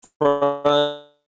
front